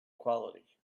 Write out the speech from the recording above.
quality